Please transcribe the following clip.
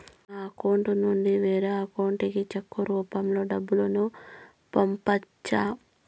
నా అకౌంట్ నుండి వేరే అకౌంట్ కి చెక్కు రూపం లో డబ్బును పంపొచ్చా?